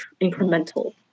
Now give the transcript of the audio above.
incremental